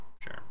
Sure